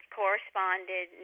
corresponded